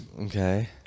Okay